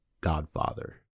godfather